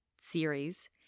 series